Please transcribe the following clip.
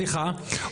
סליחה,